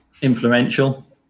Influential